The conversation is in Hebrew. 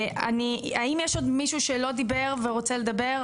האם יש עוד מישהו שלא דיבר ורוצה לדבר?